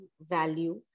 value